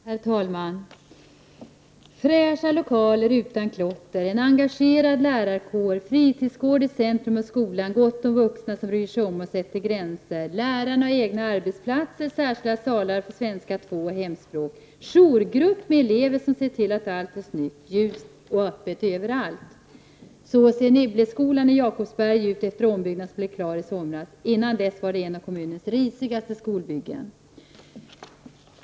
Herr talman! Fräscha lokaler utan klotter, en engagerad lärarkår, fritidsgård i centrum av skolan, gott om vuxna som bryr sig om barnen och sätter gränser, egna arbetsplatser för lärarna, särskilda lokaler för svenska 2, hemspråk, jourgrupp med elever som ser till att allt är snyggt, ljust och öppet överallt. Så ser Nibbleskolan i Jakobsberg ut efter den ombyggnad som blev klar i somras. Innan dess var denna skola en av kommunens risigaste.